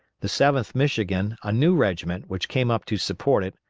the seventh michigan, a new regiment which came up to support it,